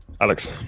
Alex